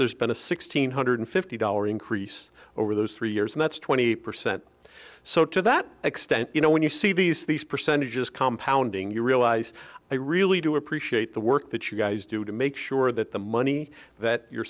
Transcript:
there's been a sixteen hundred fifty dollar increase over those three years and that's twenty percent so to that extent you know when you see these these percentages compound being you realize i really do appreciate the work that you guys do to make sure that the money that you're